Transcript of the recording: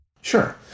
Sure